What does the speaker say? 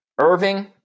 Irving –